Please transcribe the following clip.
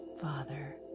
Father